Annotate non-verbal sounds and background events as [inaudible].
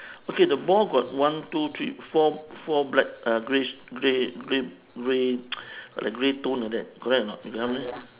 okay the ball got one two three four four black uh grey grey grey grey [noise] like grey tone like that correct or not you got how many